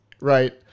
Right